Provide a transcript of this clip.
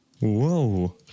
Whoa